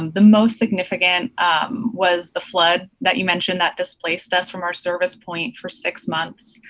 um the most significant was the flood that you mentioned that displaced us from our service point for six months.